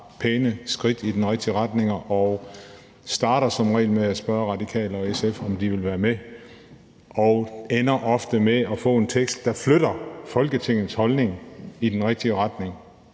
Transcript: pæne skridt i den rigtige retning. Vi starter som regel med at spørge Radikale og SF, om de vil være med, og ender ofte med at få en tekst, der flytter Folketingets holdning i den rigtige retning.